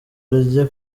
rye